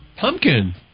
Pumpkin